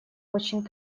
очень